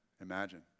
imagine